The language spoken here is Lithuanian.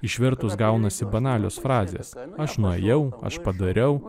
išvertus gaunasi banalios frazės aš nuėjau aš padariau